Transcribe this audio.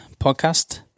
podcast